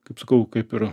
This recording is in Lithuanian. kaip sakau kaip ir